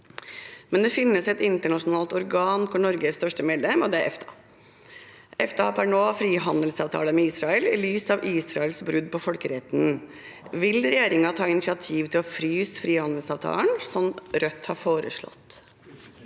Men det finnes et internasjonalt organ hvor Norge er største medlem: EFTA. EFTA har per nå en frihandelsavtale med Israel. I lys av Israels brudd på folkeretten: Vil regjeringen ta initiativ til å fryse frihandelsavtalen, som Rødt har foreslått?